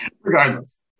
Regardless